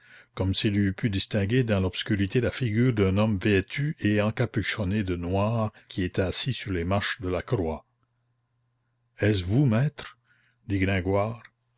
comme s'il eût pu distinguer dans l'obscurité la figure d'un homme vêtu et encapuchonné de noir qui était assis sur les marches de la croix est-ce vous maître dit gringoire